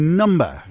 number